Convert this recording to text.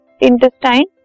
intestine